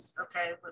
okay